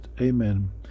Amen